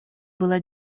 было